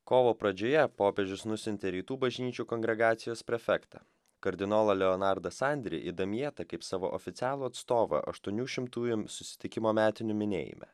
kovo pradžioje popiežius nusiuntė rytų bažnyčių kongregacijos prefektą kardinolą leonardą sandrį į damjetą kaip savo oficialų atstovą aštuonių šimtųjų susitikimo metinių minėjime